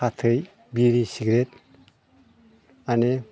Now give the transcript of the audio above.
फाथै बिरि सिगारेट मानि